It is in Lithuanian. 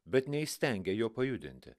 bet neįstengė jo pajudinti